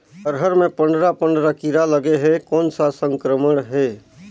अरहर मे पंडरा पंडरा कीरा लगे हे कौन सा संक्रमण हे?